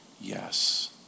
yes